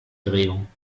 drehung